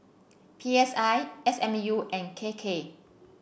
P S I S M U and K K